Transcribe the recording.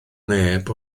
neb